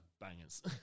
bangers